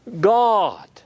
God